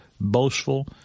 boastful